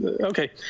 okay